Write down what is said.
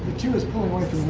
two is pulling